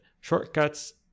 shortcuts